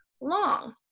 long